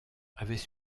avaient